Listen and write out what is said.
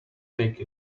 take